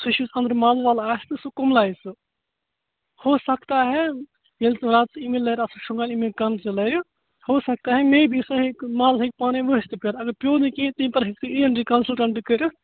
سُہ چھُ أنٛدرِم مَل وَل آسہِ سُہ کُملاو سُہ اَتھ ہو سکتا ہے ییٚلہِ ژٕ راتھ ییٚمہِ لَرِ شۄنٛگان ییٚمہِ کَنہٕ چہِ لَرِ ہو سکتا ہے میے بی سُہ ہیٚکہِ مَل ہیٚکہِ پانٕے ؤسۍ تہِ پیٚتھ اگر پیٚو نہٕ کِہیٖنۍ تیٚمہِ پَتہٕ تہِ ہیٚکِو تُہی اِی این ٹی کَنسَلٹَنٹ کٔرِتھ